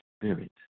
spirit